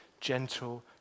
gentle